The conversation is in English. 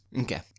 Okay